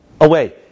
away